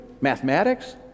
Mathematics